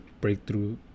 breakthrough